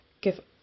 give